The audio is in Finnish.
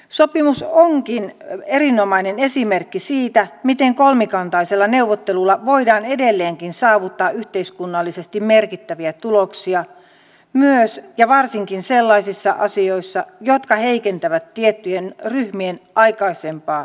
sopimus onkin erinomainen esimerkki siitä miten kolmikantaisella neuvottelulla voidaan edelleenkin saavuttaa yhteiskunnallisesti merkittäviä tuloksia myös ja varsinkin sellaisissa asioissa jotka heikentävät tiettyjen ryhmien asemaa aikaisempaan nähden